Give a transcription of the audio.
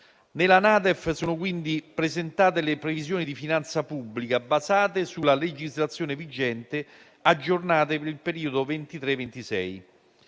Nella NADEF sono quindi presentate le previsioni di finanza pubblica basate sulla legislazione vigente aggiornate per il periodo 2023-2026.